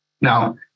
Now